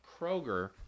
Kroger